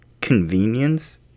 convenience